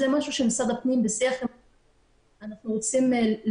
משהו שאנחנו בשיח עם משרד הפנים כדי לשנות,